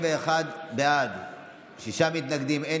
התשפ"ג 2023, לוועדה שתקבע ועדת הכנסת נתקבלה.